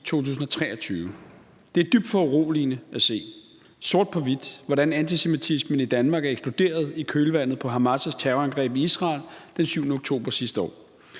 Det er dybt foruroligende at se sort på hvidt, hvordan antisemitismen i Danmark er eksploderet i kølvandet på Hamas' terrorangreb i Israel den 7. oktober sidste år.